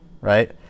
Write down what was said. right